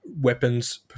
weapons